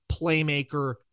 playmaker